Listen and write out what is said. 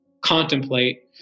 contemplate